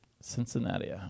Cincinnati